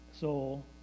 soul